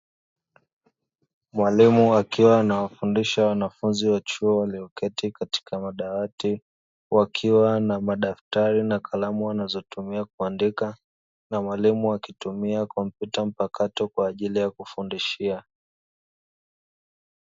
Mwalimu akiwa anawafundisha wanafunzi wa chuo walioketi katika madawati wakiwa na madaftari na kalamu wanazotumia kuandika, na mwalimu akitumia kompyuta mpakato kwa ajili ya kufindishia.